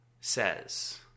says